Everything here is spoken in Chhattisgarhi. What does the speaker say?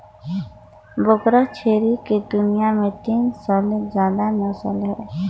बोकरा छेरी के दुनियां में तीन सौ ले जादा नसल हे